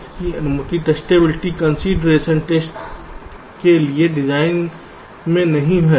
इसकी अनुमति testability consideration test के लिए डिजाइन से नहीं है